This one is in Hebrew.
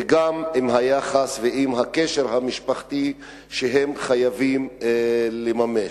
וגם לקשר המשפחתי שהם חייבים לממש.